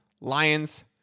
Lions